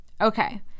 Okay